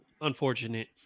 unfortunate